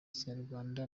ikinyarwanda